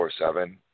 24-7